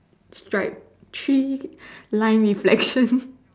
stripe three line reflection